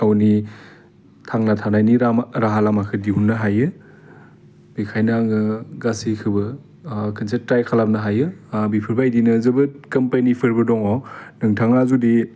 गावनि थांना थानायनि लामा राहा लामखो दिहुननो हायो बिखायनो आङो गासैखौबो खनसे ट्राइ खालामनो हायो बिफोरबायदिनो जोबोद कोमपानिफोरबो दङ नोंथाङा जुदि